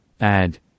add